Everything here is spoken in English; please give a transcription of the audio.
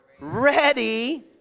ready